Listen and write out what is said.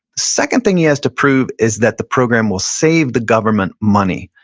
second thing he has to prove is that the program will save the government money.